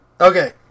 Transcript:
Okay